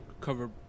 cover